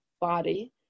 body